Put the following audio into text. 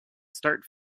start